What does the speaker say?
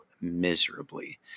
miserably